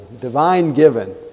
divine-given